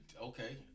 Okay